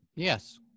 Yes